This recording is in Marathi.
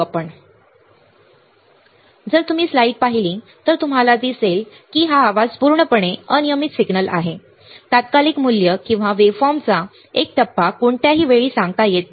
म्हणून जर तुम्ही स्लाइड पाहिली तर तुम्हाला दिसेल की आवाज हा पूर्णपणे अनियमित सिग्नल आहे तात्कालिक मूल्य किंवा वेव्हफॉर्मचा एक टप्पा कोणत्याही वेळी सांगता येत नाही